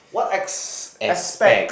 what ex~ aspect